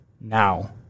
now